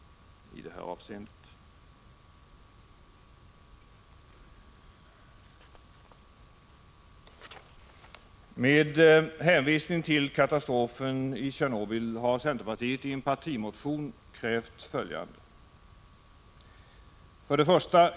1985/86:137 = Med hänvisning till katastrofen i Tjernobyl har centerpartiet i en partimo 12 maj 1986 tion krävt följande: Debatt med anledning 1.